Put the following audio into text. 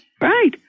right